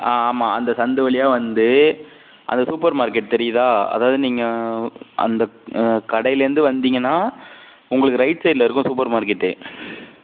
ஆ ஆமாம் அந்த சந்து வழியாக வந்து அந்த சூப்பர் மார்க்கெட் தெரியுதா அதாவது நீங்கள் அந்த கடையிலேருந்து வந்திங்கன்னால் உங்களுக்கு ரைட் சைடில் இருக்கும் சூப்பர் மார்க்கெட்டு